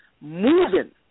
moving